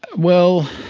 well,